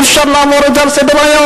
אי-אפשר לעבור על כך לסדר-היום.